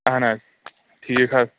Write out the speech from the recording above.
اہَن حظ ٹھیٖک حظ